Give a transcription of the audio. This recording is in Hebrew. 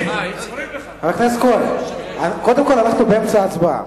חבר הכנסת כהן, קודם כול אנחנו באמצע ההצבעה.